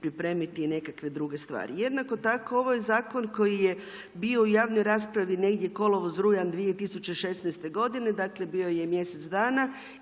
čitanje i nekakve druge stvari. Jednako tako ovo je zakon koji je bio u javnoj raspravi negdje kolovoz, rujan 2016. godine. Dakle, bio je mjesec dana